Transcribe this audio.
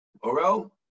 Orel